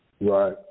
Right